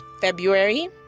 february